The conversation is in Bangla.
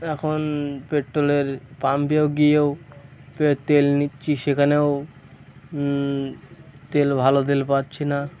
এখন পেট্রোলের পাম্পেও গিয়েও তেল নিচ্ছি সেখানেও তেল ভালো তেল পাচ্ছি না